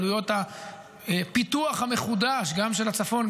עלויות הפיתוח המחודש גם של הצפון,